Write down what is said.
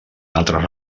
altres